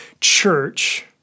church